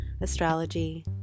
astrology